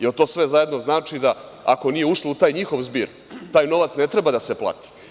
Jel to sve zajedno znači da ako nije ušlo u taj njihov zbir, taj novac ne treba da se plati?